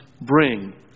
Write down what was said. bring